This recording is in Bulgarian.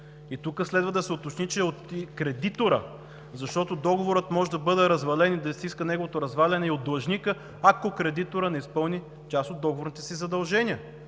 И тук следва да се уточни, че е от кредитора, защото договорът може да бъде развален и да се иска неговото разваляне и от длъжника, ако кредиторът не изпълни част от договорните си задължения.